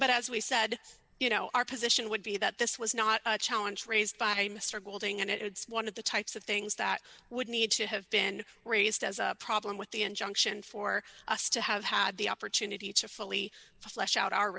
but as we said you know our position would be that this was not a challenge raised by mr golding and it's one of the types of things that would need to have been raised as a problem with the injunction for us to have had the opportunity to fully flesh out our